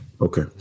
okay